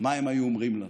מה הם היו אומרים לנו.